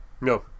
No